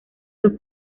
dos